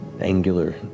Angular